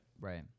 Right